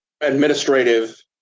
administrative